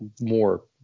more